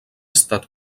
estat